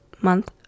month